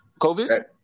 COVID